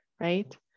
right